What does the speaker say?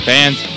Fans